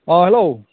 अ हेल'